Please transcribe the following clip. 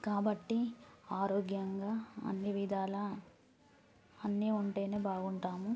కాబట్టి ఆరోగ్యంగా అన్నీ విధాల అన్నీ ఉంటే బాగుంటాం